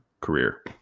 career